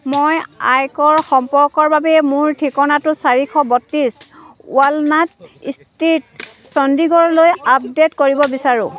মই আয়কৰ সম্পৰ্কৰ বাবে মোৰ ঠিকনাটো চাৰিশ বত্ৰিছ ৱালনাট ষ্ট্ৰীট চণ্ডীগড়লৈ আপডেট কৰিব বিচাৰোঁ